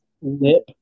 lip